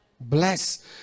Bless